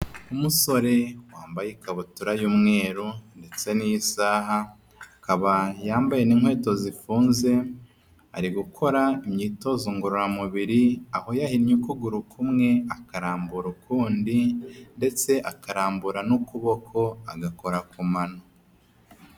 Umusore wambaye ikabutura y'umweru ndetse n'isahaba, akaba yambaye n'inkweto zifunze, ari gukora imyitozo ngororamubiri aho yahinnye ukuguru kumwe, akarambura ukundi ndetse akarambura n'ukuboko agakora ku mano.